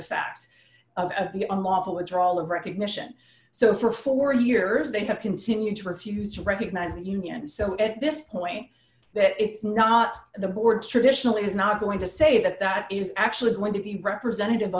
the fact of the a lawful a drawl of recognition so for four years they have continued to refuse to recognize the union so at this point that it's not the board traditionally is not going to say that that is actually going to be representative